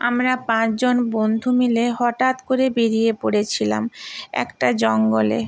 আমরা পাঁচজন বন্ধু মিলে হটাৎ করে বেড়িয়ে পড়েছিলাম একটা জঙ্গলে